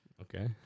Okay